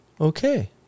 okay